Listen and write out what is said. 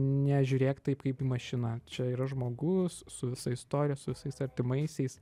nežiūrėk taip kaip į mašiną čia yra žmogus su visa istorija su visais artimaisiais